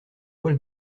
poils